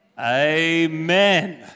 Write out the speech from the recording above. amen